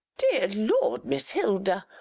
dear lord, miss hilda,